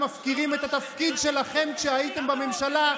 מפקירים את התפקיד שלכם כשהייתם בממשלה,